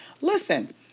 listen